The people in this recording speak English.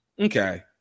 Okay